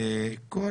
וכל